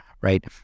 right